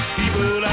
people